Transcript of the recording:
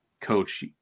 Coach